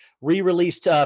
re-released